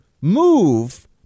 move